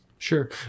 Sure